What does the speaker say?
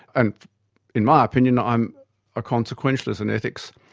and in my opinion i'm a consequentialist in ethics,